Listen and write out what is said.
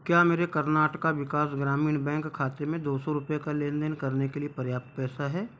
क्या मेरे कर्नाटका विकास ग्रामीण बैंक खाते में दो सौ रुपये का लेन देन करने के लिए पर्याप्त पैसा है